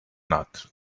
not